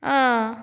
ଅ